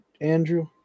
Andrew